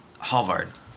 Halvard